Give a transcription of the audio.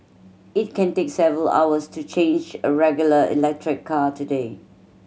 it can take several hours to change a regular electric car today